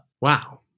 Wow